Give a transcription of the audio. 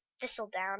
thistledown